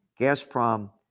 Gazprom